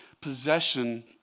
possession